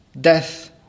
death